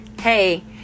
Hey